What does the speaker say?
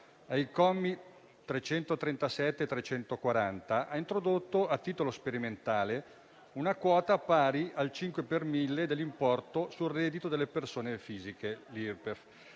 ai commi 337 e 340 ha introdotto a titolo sperimentale una quota pari al 5 per mille dell'importo sul reddito delle persone fisiche (Irpef),